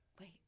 wait